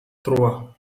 trois